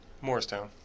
Morristown